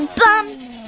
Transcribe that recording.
bumped